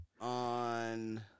On